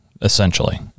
essentially